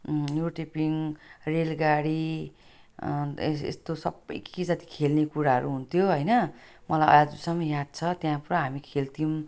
रोटेपिङ रेलगाडी यस्तो सब के के जाती खेल्ने कुराहरू हुन्थ्यो होइन मलाई आजसम्म याद छ त्यहाँ पुरा हामी खेल्थ्यौँ